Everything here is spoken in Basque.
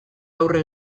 aurre